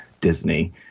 Disney